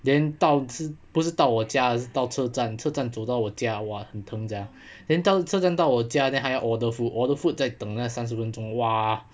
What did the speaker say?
then 到不是到我家到车站车站走到我家哇很疼 sia then 当真正到我家 then 还要 order food order food 再等了三十分钟哇